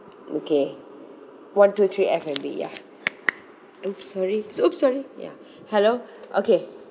okay one two three F&B ya !oops! sorry !oops! sorry ya hello okay